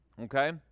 Okay